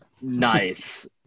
nice